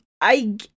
I-